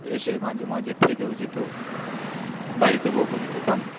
এসে মাঝে মাঝে থেকেও যেত বাড়িতে বকুনি খেতাম